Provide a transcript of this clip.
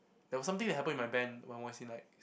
there was something that happen in my band when I was in like